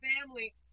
family